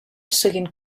seguint